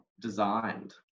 designed